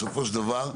בסופו של דבר,